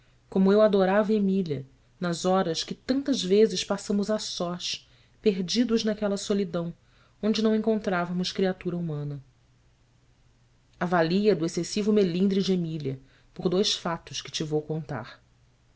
como eu adorava emília nas horas que tantas vezes passamos a sós perdidos naquela solidão onde não encontrávamos criatura humana avalia do excessivo melindre de emília por dois fatos que te vou contar